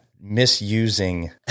misusing